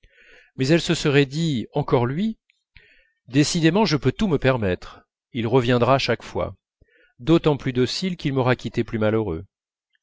mais elle se serait dit encore lui décidément je peux tout me permettre il reviendra chaque fois d'autant plus docile qu'il m'aura quittée plus malheureux